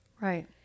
Right